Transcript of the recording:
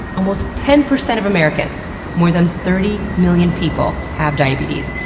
almost ten percent of americans more than thirty million people have diabetes,